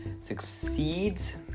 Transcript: succeeds